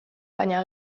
baina